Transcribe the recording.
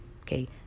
okay